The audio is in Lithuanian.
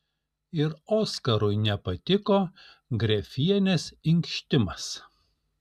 ir oskarui nepatiko grefienės inkštimas